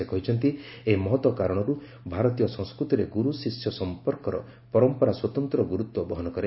ସେ କହିଛନ୍ତି ଏହି ମହତ କାରଣରୁ ଭାରତୀୟ ସଂସ୍କୃତିରେ ଗୁରୁ ଶିଷ୍ୟ ସଂପର୍କର ପରମ୍ପରା ସ୍ପତନ୍ତ୍ର ଗୁରୁତ୍ୱ ବହନ କରେ